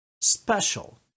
special